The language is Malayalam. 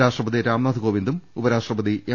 രാഷ്ട്രപതി രാംനാഥ് കോവിന്ദും ഉപരാഷ്ട്രപതി എം